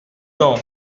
donc